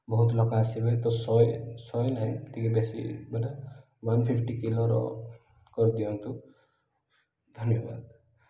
ବହୁତ ଲୋକ ଆସିବେ ତ ଶହେ ଶହେ ନାହିଁ ଟିକେ ବେଶୀ ବୋଲେ ୱାନ୍ ଫିଫ୍ଟି କିଲୋର କରିଦିଅନ୍ତୁ ଧନ୍ୟବାଦ